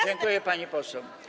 Dziękuję, pani poseł.